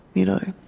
you know?